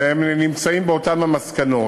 והם מחזיקים באותן המסקנות.